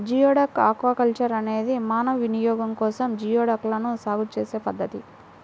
geoduck aquaculture అనేది మానవ వినియోగం కోసం జియోడక్లను సాగు చేసే పద్ధతి